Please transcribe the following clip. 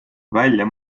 välja